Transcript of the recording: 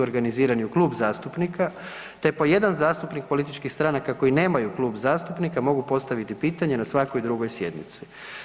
organizirani u klub zastupnika te po jedan zastupnik političkih stranaka koji nemaju klub zastupnika mogu postaviti pitanje na svakoj drugoj sjednici.